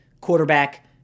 quarterback